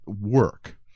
work